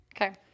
Okay